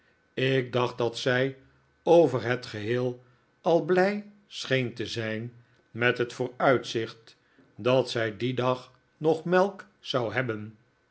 ik dacht dat zij over het geheel al blij scheen te zijn met het vooruitzicht dat zij dien dag nog melk zou hebben